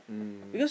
mm